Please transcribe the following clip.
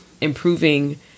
improving